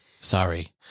Sorry